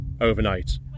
overnight